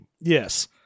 yes